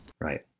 Right